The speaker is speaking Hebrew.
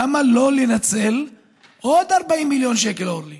למה לא לנצל עוד 40 מיליון שקל, אורלי?